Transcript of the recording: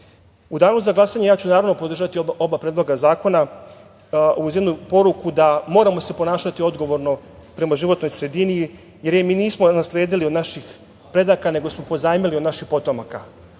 Danu za glasanje ja ću naravno podržati oba predloga zakona uz jednu poruku da moramo se ponašati odgovorno prema životnoj sredini, jer je mi nismo nasledili od naših predaka, nego smo pozajmili od naših potomaka. Ukoliko